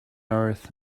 earth